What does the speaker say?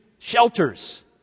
Shelters